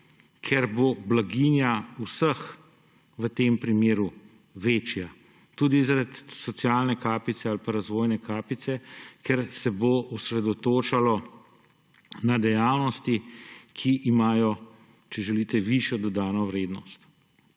ker bo blaginja vseh v tem primeru večja, tudi zaradi socialne kapice ali pa razvojne kapice, ker se bo osredotočalo na dejavnosti, ki imajo, če želite, višjo dodano vrednost,